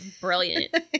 Brilliant